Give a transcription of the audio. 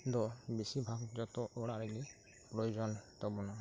ᱫᱚ ᱵᱮᱥᱤᱨ ᱵᱷᱟᱜ ᱡᱷᱚᱛᱚ ᱚᱲᱟᱜ ᱨᱮᱜᱮ ᱯᱨᱳᱭᱡᱚᱱ ᱛᱟᱵᱚᱱᱟ